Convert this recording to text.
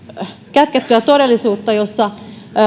kätkettyä todellisuutta jossa